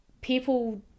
people